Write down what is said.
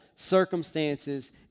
circumstances